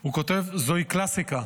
הוא כותב: זוהי קלסיקה,